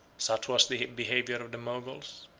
such was the behavior of the moguls,